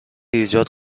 ایجاد